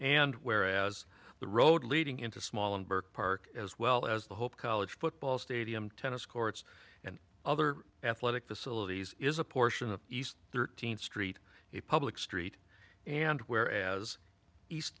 and whereas the road leading into small and burke park as well as the hope college football stadium tennis courts and other athletic facilities is a portion of east thirteenth street a public street and where as east